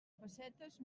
pessetes